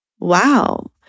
Wow